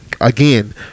again